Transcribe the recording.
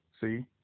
See